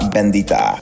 Bendita